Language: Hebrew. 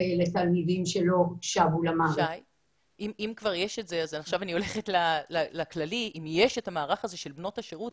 החלטת ממשלה 429. אני רוצה לומר שבין לבין קיבלתי עדכון